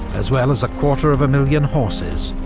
as well as a quarter of a million horses,